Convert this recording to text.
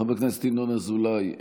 חבר הכנסת ינון אזולאי,